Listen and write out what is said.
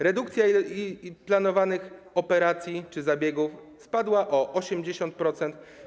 Redukcja planowanych operacji czy zabiegów spadła o 80%.